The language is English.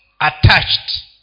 attached